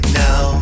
now